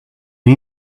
you